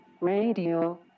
Radio